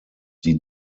die